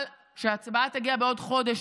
אבל כשההצבעה תגיע בעוד חודש,